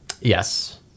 Yes